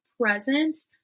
presence